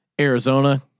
Arizona